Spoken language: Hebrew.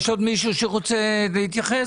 יש עוד מישהו שרוצה להתייחס?